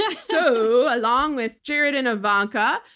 yeah so along with jared and ivanka,